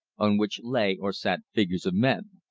on which lay or sat figures of men.